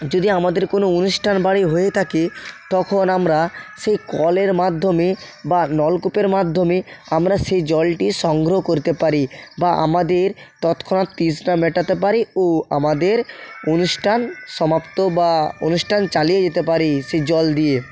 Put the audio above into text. যদি আমাদের কোনো অনুষ্ঠান বাড়ি হয়ে থাকে তখন আমরা সেই কলের মাধ্যমে বা নলকূপের মাধ্যমে আমরা সেই জলটি সংগ্রহ করতে পারি বা আমাদের তৎক্ষণাৎ তৃষ্ণা মেটাতে পারি ও আমাদের অনুষ্ঠান সমাপ্ত বা অনুষ্ঠান চালিয়ে যেতে পারি সে জল দিয়ে